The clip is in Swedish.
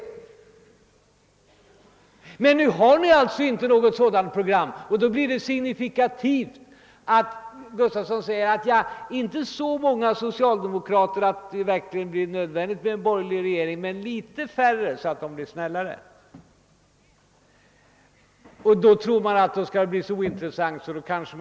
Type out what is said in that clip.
Nu har ni alltså inget sådant program, och då blir det signifikativt att herr Gustafson i Göteborg säger: Det skall inte vara så många socialdemokrater mindre att det verkligen blir nödvändigt med en borgerlig regering, men socialdemokraterna skall vara litet färre, ty då blir de snällare.